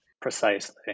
Precisely